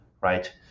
right